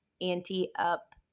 Anti-Up